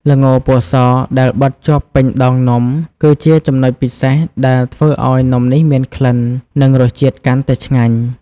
ល្ងរពណ៌សដែលបិតជាប់ពេញដងនំ គឺជាចំណុចពិសេសដែលធ្វើឲ្យនំនេះមានក្លិន និងរសជាតិកាន់តែឆ្ងាញ់។